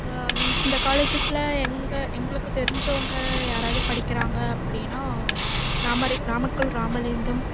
இந்த காலேஜஸ்ஸில் எங்கள் எங்களுக்கு தெரிஞ்சவங்க யாராவுது படிக்கிறாங்க அப்படின்னா நாம ரே நாமக்கல் ராமலிங்கம்